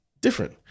different